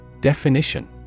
Definition